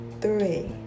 three